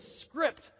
script